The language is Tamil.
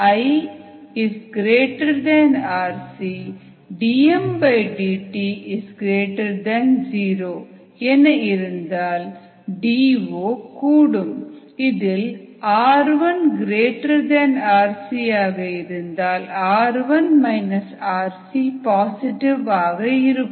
rirc dmdt 0 என இருந்தால் டி ஓ கூடும் இதில் rirc ஆக இருந்தால் ri rc பாசிட்டிவ் ஆக இருக்கும்